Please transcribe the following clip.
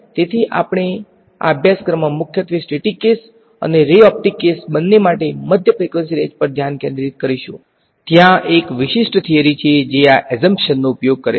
તેથી આપણે આ અભ્યાસક્રમમાં મુખ્યત્વે સ્ટેટિક્સ કેસ અને રે ઓપ્ટિક્સ કેસ બંને માટે મધ્ય ફ્રીકવંસી રેંજ પર ધ્યાન કેન્દ્રિત કરીશું ત્યાં એક વિશિષ્ટ થીયરી છે જે આ એઝમ્પ્શનનો ઉપયોગ કરે છે